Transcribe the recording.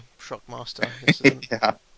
Shockmaster